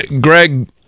Greg